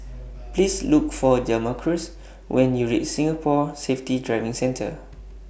Please Look For Jamarcus when YOU REACH Singapore Safety Driving Centre